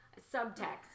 subtext